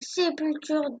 sépulture